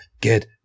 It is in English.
get